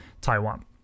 Taiwan